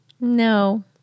No